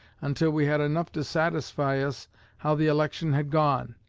until we had enough to satisfy us how the election had gone.